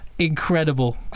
incredible